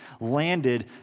landed